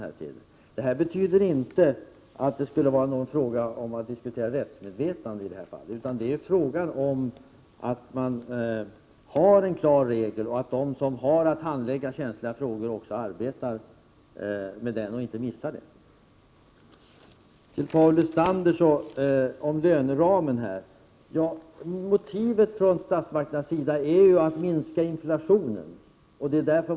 Här rör sig inte diskussionen om rättsmedvetandet. Det gäller att man skall ha en klar regel och att de som har att handlägga känsliga frågor också arbetar efter den och inte missar den. Sedan några ord till Paul Lestander beträffande löneramen. Statsmakternas motiv är ju att minska inflationen.